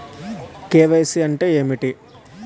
KYC అంటే ఏంటి?